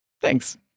Thanks